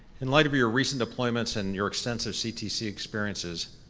in light of your recent deployments, and your extensive ctc experiences,